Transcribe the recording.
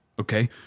Okay